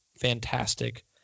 fantastic